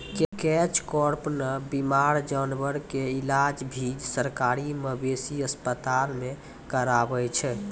catch कार्प नॅ बीमार जानवर के इलाज भी सरकारी मवेशी अस्पताल मॅ करावै छै